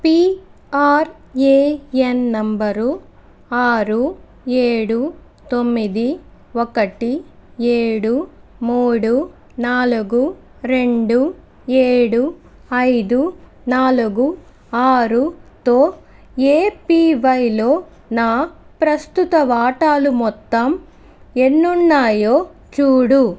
PRAN number ఆరు ఏడు తొమ్మిది ఒకటి ఏడు మూడు నాలుగు రెండు ఏడు ఐదు నాలుగు ఆరుతో ఏపీవైలో నా ప్రస్తుత వాటాలు మొత్తం ఎన్నున్నాయో చూడు